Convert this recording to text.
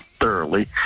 thoroughly